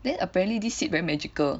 then apparently this seed very magical